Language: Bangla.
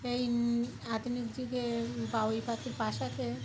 এই আধুনিক যুগে বাবুই পাখির বাসাতে